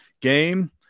game